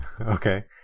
Okay